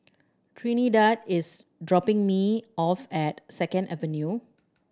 Trinidad is dropping me off at Second Avenue